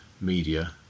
media